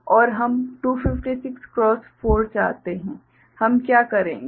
और हम 256 क्रॉस 4 चाहते हैं हम क्या करेंगे